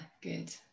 good